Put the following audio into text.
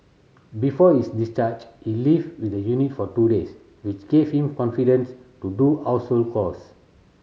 before his discharge he lived in the unit for two days which gave him confidence to do household chores